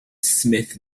smith